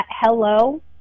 hello